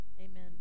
amen